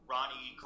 Ronnie